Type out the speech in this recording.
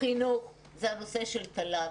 בחינוך הוא הנושא של התל"ן.